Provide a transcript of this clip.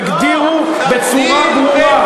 תגדירו בצורה ברורה.